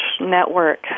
network